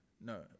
no